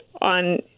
on